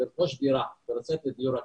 לרכוש דירה ולצאת לדיור הקבע.